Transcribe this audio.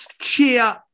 Cheer